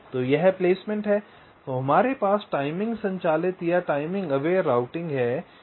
तो यह प्लेसमेंट है तो हमारे पास टाइमिंग संचालित या टाइमिंग अवेयर राउटिंग है